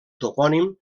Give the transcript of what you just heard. topònim